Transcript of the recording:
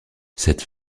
cette